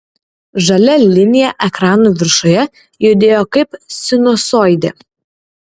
žalia linija ekrano viršuje judėjo kaip sinusoidė